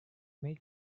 make